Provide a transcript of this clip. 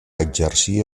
exercir